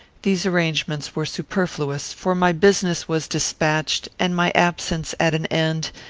these arrangements were superfluous, for my business was despatched, and my absence at an end,